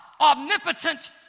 omnipotent